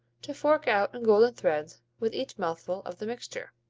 to fork out in golden threads with each mouthful of the mixture.